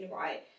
right